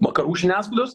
vakarų žiniasklaidos